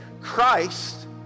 Christ